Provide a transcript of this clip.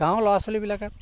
গাঁৱৰ ল'ৰা ছোৱালীবিলাকে